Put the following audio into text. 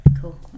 Cool